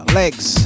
legs